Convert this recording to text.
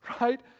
right